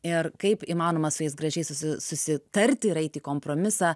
ir kaip įmanoma su jais gražiai susi susitarti ir aiti į kompromisą